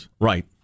right